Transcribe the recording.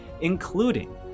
including